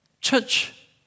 church